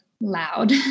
loud